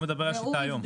הוא מדבר על השיטה היום.